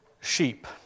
sheep